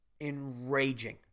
enraging